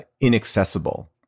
inaccessible